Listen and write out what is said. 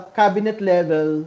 cabinet-level